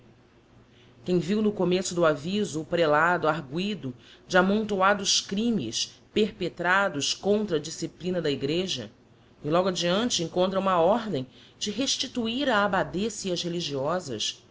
quem viu no começo do aviso o prelado arguido de amontoados crimes perpretados contra a disciplina da igreja e logo adiante encontra uma ordem de restituir a abbadessa e as religiosas